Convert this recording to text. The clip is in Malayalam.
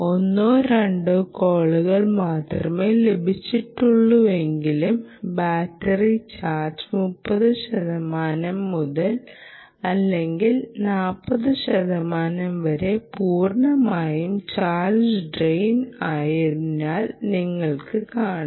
ഒന്നോ രണ്ടോ കോളുകൾ മാത്രമേ ലഭിച്ചിട്ടുള്ളൂവെങ്കിലും ബാറ്ററി ചാർജ് 30 ശതമാനം അല്ലെങ്കിൽ 40 ശതമാനം വരെ പൂർണ്ണമായും ചാർജ് ഡ്രയിൻ ആയതായി നിങ്ങൾക്ക് കാണാം